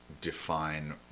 define